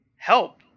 help